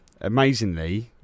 Amazingly